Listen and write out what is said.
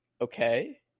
okay